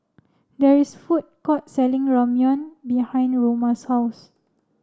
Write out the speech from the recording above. there is food court selling Ramyeon behind Roma's house